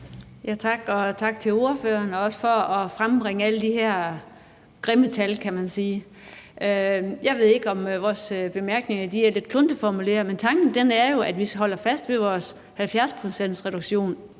tak til ordføreren, også for at frembringe alle de her grimme tal, kan man sige. Jeg ved ikke, om vores bemærkninger er lidt kluntet formuleret, men tanken er jo, at vi holder fast ved vores 70-procentsreduktion